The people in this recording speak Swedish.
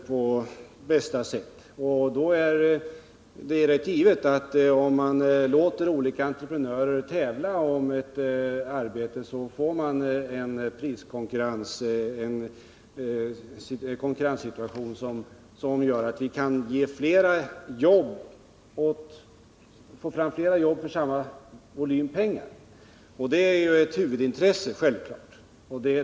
Låter man olika entreprenörer tävla om ett arbete, får man givetvis en konkurrenssituation som innebär att man kan få fram flera arbeten för samma summa pengar, vilket självfallet är ett huvudintresse.